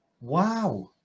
Wow